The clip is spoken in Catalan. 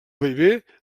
bellver